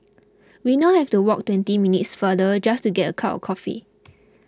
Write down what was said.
we now have to walk twenty minutes farther just to get a cup of coffee